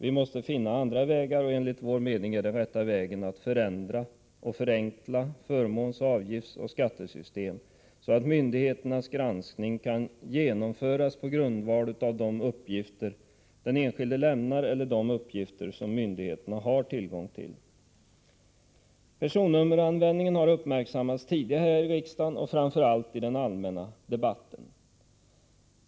Vi måste finna andra vägar, och enligt vår mening är den rätta vägen att förändra och förenkla förmåns-, avgiftsoch skattesystem så att myndigheternas granskning kan genomföras på grundval av de uppgifter den enskilde lämnar eller de uppgifter som myndigheten har tillgång till. Personnummeranvändningen har uppmärksammats tidigare här i riksdagen och framför allt i den allmänna debatten.